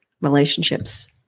relationships